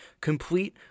complete